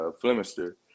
Flemister